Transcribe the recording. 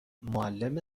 معلم